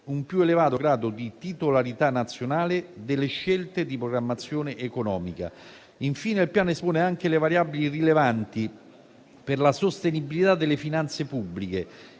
un più elevato grado di titolarità nazionale delle scelte di programmazione economica. Infine, il Piano espone anche le variabili irrilevanti per la sostenibilità delle finanze pubbliche,